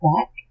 back